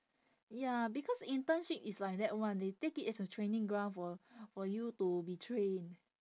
ya because internship it's like that [one] they take it as a training ground for for you to be trained